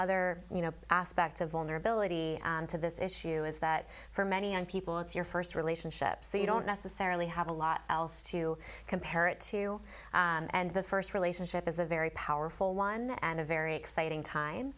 other aspect of vulnerability to this issue is that for many young people it's your first relationship so you don't necessarily have a lot else to compare it to and the first relationship is a very powerful one and a very exciting time